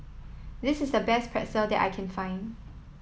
this is the best Pretzel that I can find